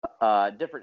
different